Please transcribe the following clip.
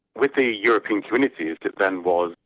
with the european community, as it then was,